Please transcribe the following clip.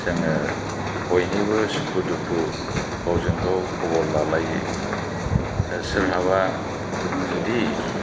जोङो बयनिबो सुखु दुखुखौ गावजों गाव खबर लालायो आरो सोरहाबा जुदि